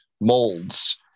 molds